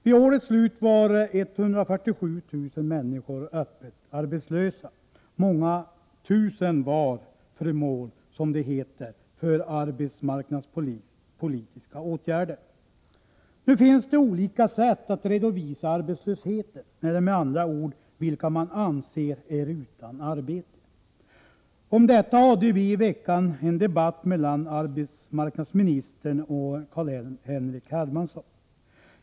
Vid årets slut var 147 000 människor öppet arbetslösa, och många tusen var föremål för, som det heter, arbetsmarknadspolitiska åtgärder. Det finns olika sätt att redovisa arbetslösheten eller, med andra ord, vilka man anser är utan arbete. Om detta hade vi i veckan en debatt mellan arbetsmarknadsministern och Carl-Henrik Hermansson.